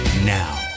Now